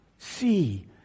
See